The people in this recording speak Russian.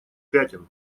пятен